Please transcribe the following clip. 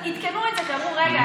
עדכנו את זה ואמרו: רגע,